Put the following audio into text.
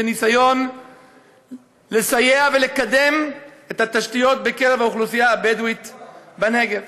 בניסיון לסייע ולקדם את התשתיות בקרב האוכלוסייה הבדואית בנגב,